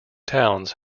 towns